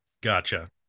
Gotcha